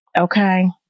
Okay